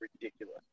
ridiculous